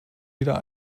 wieder